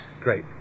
great